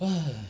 !haiya!